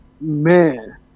man